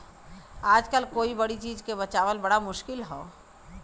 आजकल कोई चीज के बचावल बड़ा मुश्किल हौ